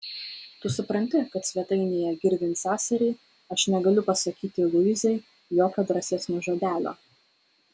tu supranti kad svetainėje girdint seseriai aš negaliu pasakyti luizai jokio drąsesnio žodelio